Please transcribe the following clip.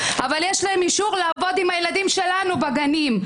אבל יש להן אישור לעבוד עם הילדים שלנו בגנים.